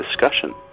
discussion